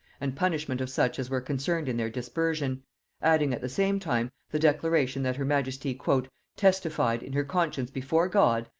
and punishment of such as were concerned in their dispersion adding at the same time the declaration, that her majesty testified in her conscience before god,